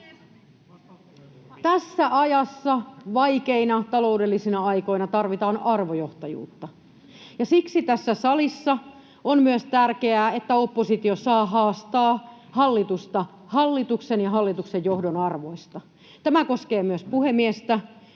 Tässä ajassa, vaikeina taloudellisina aikoina tarvitaan arvojohtajuutta. Siksi tässä salissa on myös tärkeää, että oppositio saa haastaa hallitusta hallituksen ja hallituksen johdon arvoista. Tämä koskee myös puhemiestä.